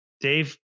Dave